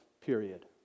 period